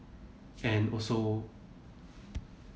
and also